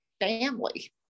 family